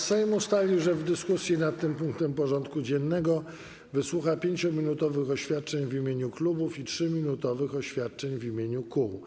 Sejm ustalił, że w dyskusji nad tym punktem porządku dziennego wysłucha 5-minutowych oświadczeń w imieniu klubów i 3-minutowych oświadczeń w imieniu kół.